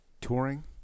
Touring